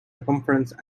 circumference